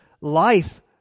Life